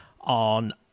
on